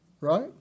right